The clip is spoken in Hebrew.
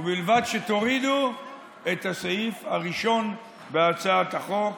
ובלבד שתורידו את הסעיף הראשון בהצעת החוק.